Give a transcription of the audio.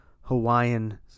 Hawaiian